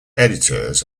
editors